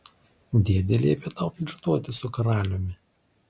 dėdė liepė tau flirtuoti su karaliumi